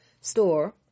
store